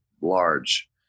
large